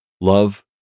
Love